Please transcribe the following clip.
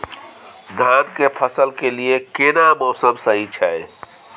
धान फसल के लिये केना मौसम सही छै?